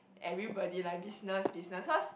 everybody like business business cause